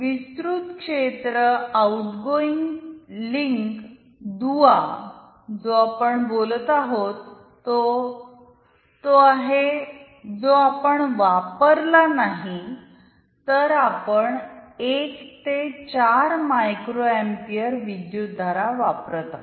विस्तृत क्षेत्र आउटगोइंगलिंक दुवा जो आपण बोलत आहोत तो तो आहे जो आपण वापरला नाही तर आपण एक ते चार मायक्रो पीअर विद्युतधारा वापरत आहोत